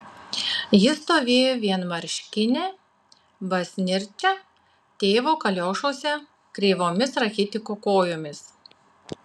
ji stovėjo vienmarškinė basnirčia tėvo kaliošuose kreivomis rachitiko kojomis